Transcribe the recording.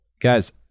guys